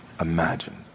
imagine